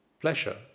pleasure